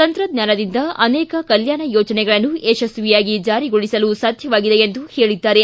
ತಂತ್ರಜ್ಞಾನದಿಂದ ಅನೇಕ ಕಲ್ಕಾಣ ಯೋಜನೆಗಳನ್ನು ಯಶಸ್ತಿಯಾಗಿ ಜಾರಿಗೊಳಿಸಲು ಸಾಧ್ಯವಾಗಿದೆ ಎಂದು ಹೇಳಿದ್ದಾರೆ